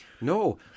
No